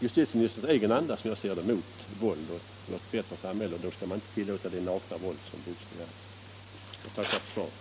justitieministerns egen anda —- mot våld och för ett humanare samhälle. Man skall då inte tillåta det nakna våld som boxningen är. Jag tackar för svaret.